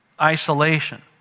isolation